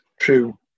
true